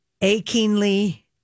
Achingly